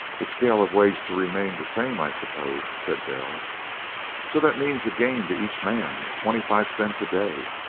the scale of wages to remain the same, i suppose, said darrell so that means a gain to each man of twenty-five cents a day?